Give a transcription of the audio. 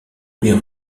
bien